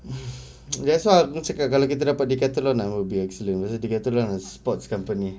that's what I cakap kalau kita dapat decathlon ah will be accident pasal decathlon sports company